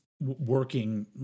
working